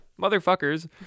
motherfuckers